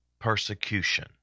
persecution